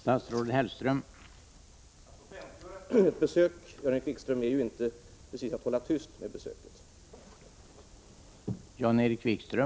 Herr talman! Att offentliggöra ett besök är ju inte precis att hålla tyst med det, Jan-Erik Wikström.